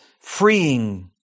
freeing